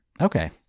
Okay